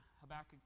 Habakkuk